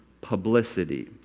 publicity